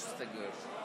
הוראת שעה) (התפזרות